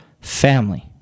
family